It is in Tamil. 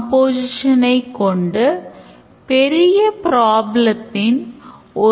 எனவே courses ஐக் கைவிடுவது ஒரு use case ஆகும்